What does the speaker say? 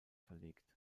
verlegt